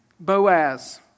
Boaz